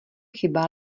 chyba